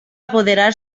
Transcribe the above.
apoderar